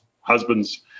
husbands